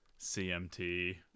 CMT